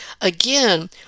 Again